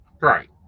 right